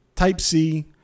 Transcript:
Type-C